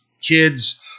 kids